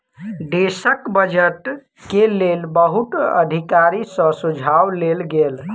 देशक बजट के लेल बहुत अधिकारी सॅ सुझाव लेल गेल